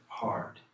hard